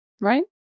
right